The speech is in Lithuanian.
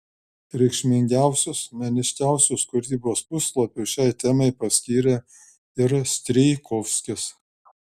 reikšmingiausius meniškiausius kūrybos puslapius šiai temai paskyrė ir strijkovskis